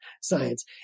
science